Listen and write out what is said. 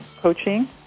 Coaching